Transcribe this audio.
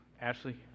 Ashley